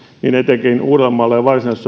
niin etenkin uudellamaalla ja varsinais